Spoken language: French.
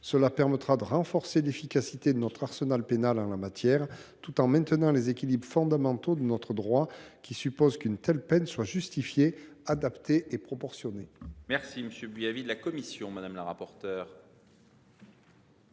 Cela permettra de renforcer l’efficacité de notre arsenal pénal en la matière, tout en maintenant les équilibres fondamentaux de notre droit, qui suppose qu’une telle peine soit justifiée, adaptée et proportionnée.